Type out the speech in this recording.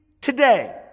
today